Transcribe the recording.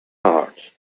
art